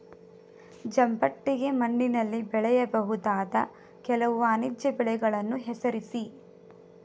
ಜಂಬಿಟ್ಟಿಗೆ ಮಣ್ಣಿನಲ್ಲಿ ಬೆಳೆಯಬಹುದಾದ ಕೆಲವು ವಾಣಿಜ್ಯ ಬೆಳೆಗಳನ್ನು ಹೆಸರಿಸಿ?